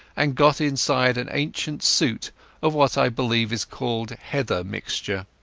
and got inside an ancient suit of what i believe is called heather mixture.